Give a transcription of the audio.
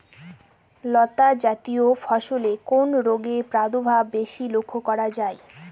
লতাজাতীয় ফসলে কোন রোগের প্রাদুর্ভাব বেশি লক্ষ্য করা যায়?